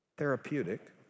therapeutic